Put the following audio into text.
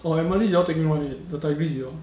orh emily you all taking what mid data re zero